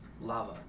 Lava